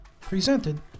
Presented